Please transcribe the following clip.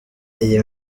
iyi